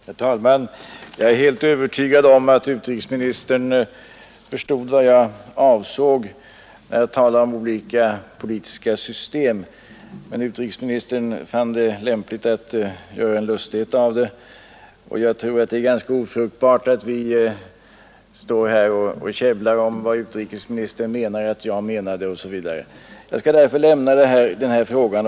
Herr talman! Jag är helt övertygad om att utrikesministern förstått vad jag avsåg när jag talade om olika politiska system, men utrikesministern fann det lämpligt att försöka göra sig lustig. Jag tror det är ganska ofruktbart att fortsätta käbbla om vad utrikesministern menar att jag menade osv., och jag skall därför lämna den frågan.